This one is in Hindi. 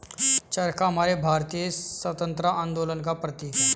चरखा हमारे भारतीय स्वतंत्रता आंदोलन का प्रतीक है